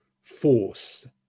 force